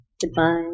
Goodbye